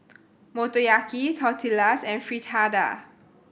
Motoyaki Tortillas and Fritada